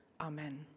Amen